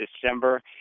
December